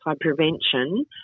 prevention